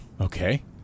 Okay